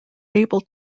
able